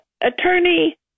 attorney